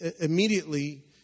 immediately